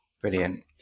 Brilliant